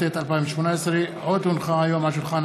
התשע"ח 2018, לא התקבלה.